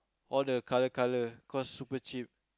all the colour colour cause super cheap